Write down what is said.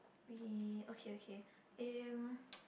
we okay okay um